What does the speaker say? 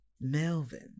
Melvin